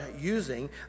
using